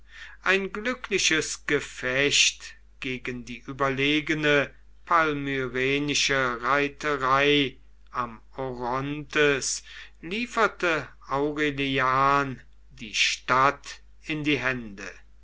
ein glückliches gefecht gegen die überlegene palmyrenische reiterei am orontes lieferte aurelian die stadt in die hände